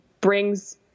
brings